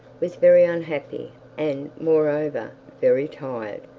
was very unhappy, and moreover very tired.